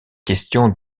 questions